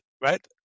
right